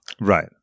Right